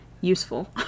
useful